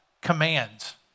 commands